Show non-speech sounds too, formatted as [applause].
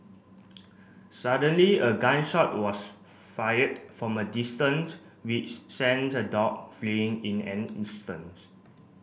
[noise] suddenly a gun shot was fired from a distance which sent the dog fleeing in an instants